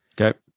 Okay